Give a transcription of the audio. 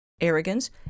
arrogance